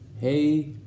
Hey